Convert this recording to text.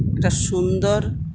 একটা সুন্দর